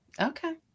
Okay